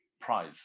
prize